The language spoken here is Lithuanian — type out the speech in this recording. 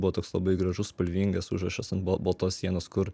buvo toks labai gražus spalvingas užrašas an baltos sienos kur